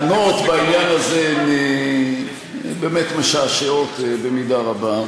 הטענות בעניין הזה הן באמת משעשעות במידה רבה.